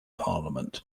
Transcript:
parliament